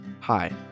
Hi